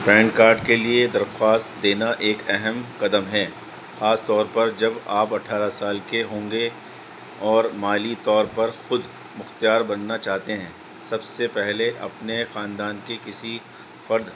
pain card کے لیے درخواست دینا ایک اہم قدم ہے خاص طور پر جب آپ اٹھارہ سال کے ہوں گے اور مالی طور پر خود مختار بننا چاہتے ہیں سب سے پہلے اپنے خاندان کے کسی فرد